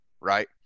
Right